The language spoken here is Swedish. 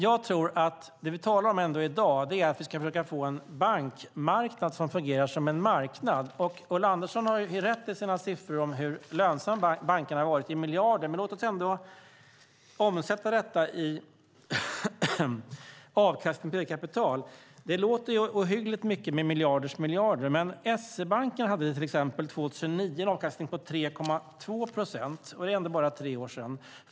Jag tror att det vi talar om i dag är att vi ska försöka få en bankmarknad som fungerar som en marknad. Ulla Andersson har rätt i sina siffror om hur lönsamma bankerna har varit i miljarder. Men låt oss omsätta detta i avkastning på eget kapital. Det låter ohyggligt mycket med miljarders miljarder. Men SE-banken hade till exempel 2009 en avkastning på 3,2 procent, och det är ändå bara tre år sedan.